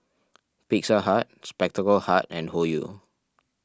Pizza Hut Spectacle Hut and Hoyu